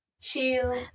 chill